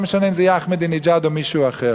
ולא משנה אם זה יהיה אחמדינג'אד או מישהו אחר.